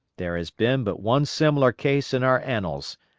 there has been but one similar case in our annals,